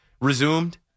resumed